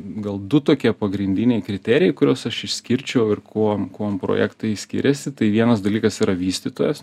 gal du tokie pagrindiniai kriterijai kuriuos aš išskirčiau ir kuom kuom projektai skiriasi tai vienas dalykas yra vystytojas